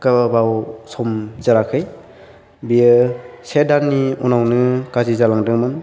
गोबाव सम जोराखै बेयो से दाननि उनावनो गाज्रि जालांदोंमोन